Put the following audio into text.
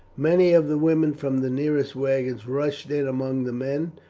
many of the women from the nearest wagons rushed in among the men,